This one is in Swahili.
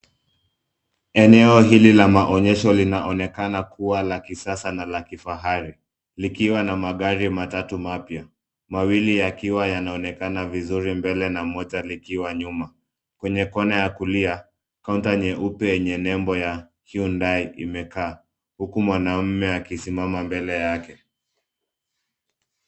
Eneo hili la maonyesho linanonekana kuwa ya kisasa na la kifahari likiwa na magari matatu mapya. Mawili yakiwa yanaonekana vizuri mbele na moja likiwa nyuma. Kwenye Kona kulia kaunta nyeupe yenye lebo ya Hyundai imekaa huku mwanaume akisimama mbele yake.